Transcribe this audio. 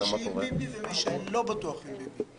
מי שעם ביבי ומי שלא בטוח עם ביבי.